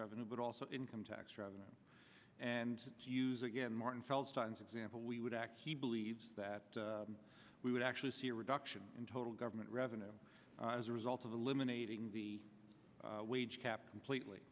revenue but also income tax revenues and to use again martin feldstein is example we would act he believes that we would actually see a reduction in total government revenue as a result of eliminating the wage cap completely